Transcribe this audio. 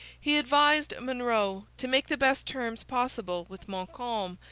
he advised monro to make the best terms possible with montcalm,